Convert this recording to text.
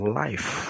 life